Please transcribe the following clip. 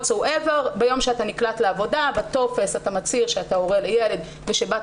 ביום שאתה נקלט לעבודה בטופס אתה מצהיר שאתה הורה לילד ושבת